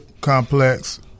complex